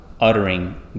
uttering